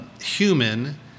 human